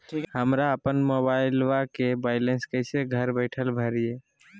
हमरा अपन मोबाइलबा के बैलेंस कैसे घर बैठल भरिए?